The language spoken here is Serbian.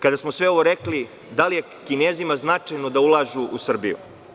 Kada smo sve ovo rekli, da li je Kinezima značajno da ulažu u Srbiju?